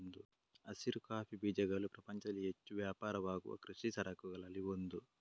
ಹಸಿರು ಕಾಫಿ ಬೀಜಗಳು ಪ್ರಪಂಚದಲ್ಲಿ ಹೆಚ್ಚು ವ್ಯಾಪಾರವಾಗುವ ಕೃಷಿ ಸರಕುಗಳಲ್ಲಿ ಒಂದು